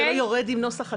זה לא יורד עם נוסח הצו,